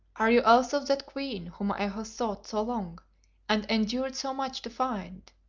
are you also that queen whom i have sought so long and endured so much to find?